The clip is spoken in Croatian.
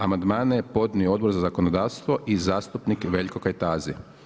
Amandmane je podnio Odbor za zakonodavstvo i zastupnik Veljko Kajtazi.